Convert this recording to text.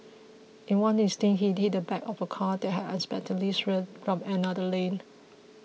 in one instance he hit the back of a car that had unexpectedly swerved from another lane